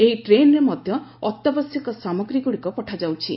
ଏହି ଟ୍ରେନ୍ରେ ମଧ୍ୟ ଅତ୍ୟାବଶ୍ୟକୀୟ ସାମଗ୍ରୀଗୁଡ଼ିକ ପଠାଯାଉଛି